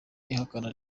ihakana